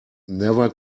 never